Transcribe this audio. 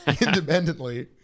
independently